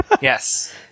Yes